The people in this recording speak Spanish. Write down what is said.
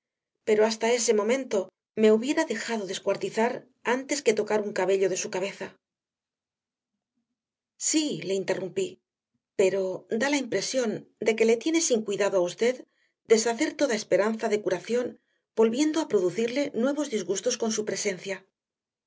pero hasta ese momento me hubiera dejado descuartizar antes que tocar un cabello de su cabeza sí le interrumpí pero da la impresión de que le tiene sin cuidado a usted deshacer toda esperanza de curación volviendo a producirle nuevos disgustos con su presencia